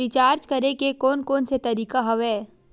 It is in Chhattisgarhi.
रिचार्ज करे के कोन कोन से तरीका हवय?